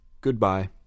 Goodbye